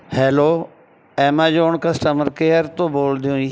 hello Amazon customer care ਤੋਂ ਬੋਲਦੇ ਹੋ ਜੀ